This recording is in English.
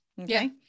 okay